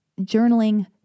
journaling